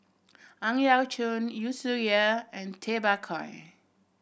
Ang Yau Choon Yu Zhuye and Tay Bak Koi